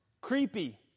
creepy